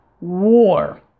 war